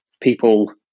people